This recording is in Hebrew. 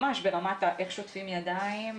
ממש איך שוטפים ידיים,